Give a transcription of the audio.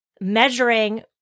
measuring